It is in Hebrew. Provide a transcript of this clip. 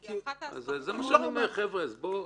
זה השלב שהסעיף הזה מדבר עליו.